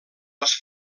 les